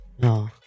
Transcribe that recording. No